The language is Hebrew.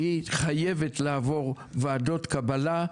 חייבת לעבור ועדות קבלה,